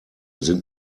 sind